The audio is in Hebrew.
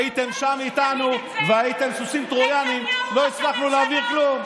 הייתם שם איתנו והייתם סוסים טרויאניים לא הצלחנו להעביר כלום.